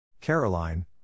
Caroline